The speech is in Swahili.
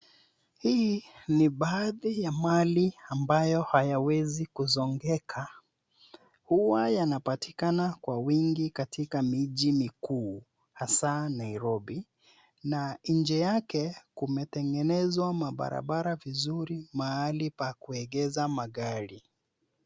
Hii ni baadhi ya mali ambayo hayawezi kusongeka, huwa yanapatikana kwa wingi katika miji mikuu hasa Nairobi, na nje yake kumetengenezwa barabara vizuri mahali pa kuegesha magari.